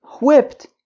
whipped